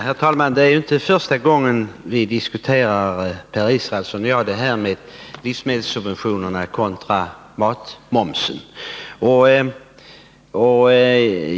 Herr talman! Det är inte första gången Per Israelsson och jag diskuterar frågan om livsmedelssubventioner kontra matmoms.